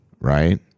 right